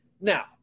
Now